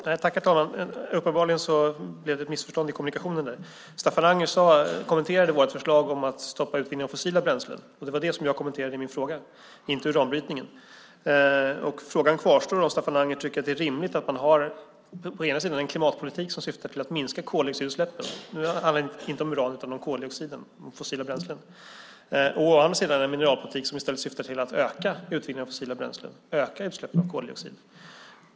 Herr talman! Uppenbarligen blev det ett missförstånd i kommunikationen. Staffan Anger kommenterade vårt förslag om att stoppa utvinningen av fossila bränslen. Det var det som jag kommenterade i min replik, inte uranbrytningen. Min fråga kvarstår. Tycker Staffan Anger att det är rimligt att man å ena sidan har en klimatpolitik som syftar till att minska koldioxidutsläppen - det handlar inte om uran utan om koldioxid och fossila bränslen - och å andra sidan en mineralpolitik som syftar till att öka utvinningen av fossila bränslen och utsläppen av koldioxid?